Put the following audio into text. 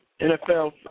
NFL